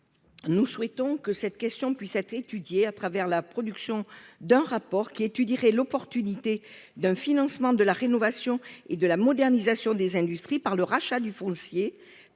nous souhaitons que cette question puisse être étudiée à travers un rapport qui étudierait l'opportunité d'un financement de la rénovation et de la modernisation des industries par le rachat du foncier